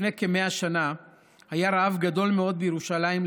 לפני כ-100 שנה היה רעב גדול מאוד בירושלים,